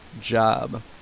job